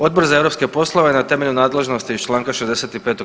Odbor za europske poslove na temelju nadležnosti iz čl. 65.